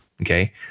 Okay